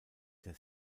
der